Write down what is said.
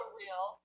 real